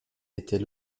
était